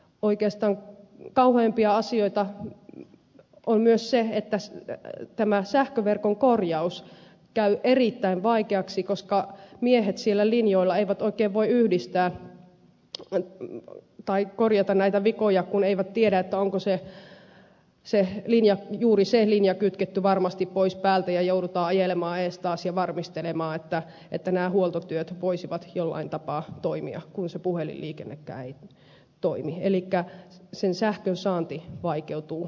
oikeastaan kauheimpia asioita on myös se että tämä sähköverkon korjaus käy erittäin vaikeaksi koska miehet siellä linjoilla eivät voi oikein korjata näitä vikoja kun eivät tiedä onko juuri se linja kytketty varmasti pois päältä ja joudutaan ajelemaan eestaas ja varmistelemaan että nämä huoltotyöt voisivat jollain tapaa toimia kun se puhelinliikennekään ei toimi elikkä sähkön saanti vaikeutuu entisestään